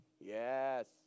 Yes